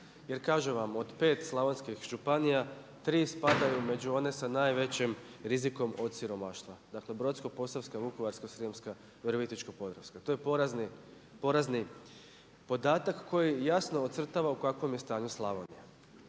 jer kažem vam od pet slavonskih županija tri spadaju među one sa najvećim rizikom od siromaštva. Dakle Brodsko-posavska, Vukovarsko-srijemska i Virovitičko-podravska. To je porazni podatak koji jasno ocrtava u kakvom je stanju Slavonija.